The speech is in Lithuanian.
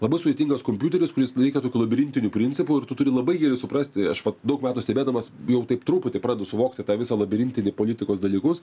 labai sudėtingas kompiuterius kuris veikia tokiu labirintiniu principu ir tu turi labai gerai suprasti aš vat daug metų stebėdamas jau taip truputį pradedu suvokti tą visą labirintinį politikos dalykus